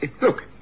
Look